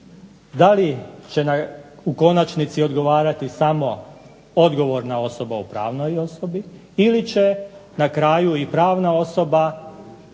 da li će u konačnici odgovarati samo odgovorna osoba u pravnoj osobi ili će na kraju i pravna osoba